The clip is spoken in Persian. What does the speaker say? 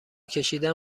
کشیدن